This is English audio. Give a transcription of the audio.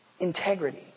Integrity